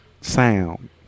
sound